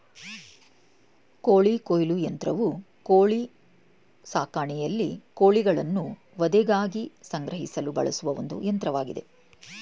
ಕೋಳಿ ಕೊಯ್ಲು ಯಂತ್ರವು ಕೋಳಿ ಸಾಕಾಣಿಕೆಯಲ್ಲಿ ಕೋಳಿಗಳನ್ನು ವಧೆಗಾಗಿ ಸಂಗ್ರಹಿಸಲು ಬಳಸುವ ಒಂದು ಯಂತ್ರವಾಗಿದೆ